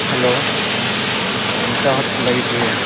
hello Nisha hotel ଲାଗିଚେ କେଁ